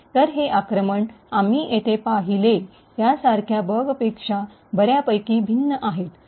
तर हे आक्रमण आम्ही येथे पाहिले त्यासारख्या बगपेक्षा बर्यापैकी भिन्न आहेत